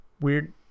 weird